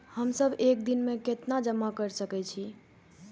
हम सब एक दिन में केतना जमा कर सके छी?